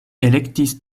elektis